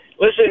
Listen